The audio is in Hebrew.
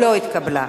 לא התקבלה.